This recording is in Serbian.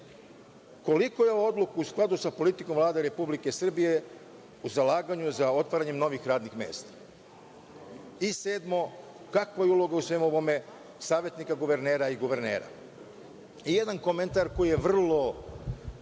koliko je odluka u skladu sa politikom Vlade Republike Srbije u zalaganju za otvaranjem novih radnih mesta? I, sedmo, kakva je uloga u svemu ovome savetnika guvernera i guvernera? Jedan komentar koji je vrlo